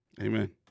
Amen